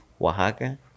Oaxaca